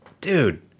dude